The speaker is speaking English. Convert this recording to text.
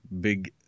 big